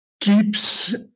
keeps